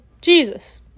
Jesus